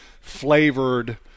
flavored